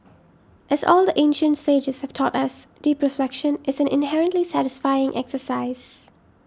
as all the ancient sages have taught us deep reflection is an inherently satisfying exercise